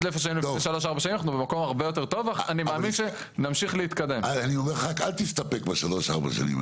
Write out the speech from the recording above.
אנחנו רואים את עצמנו כנותנים --- דווקא באזורי יוקרה במרכז הארץ,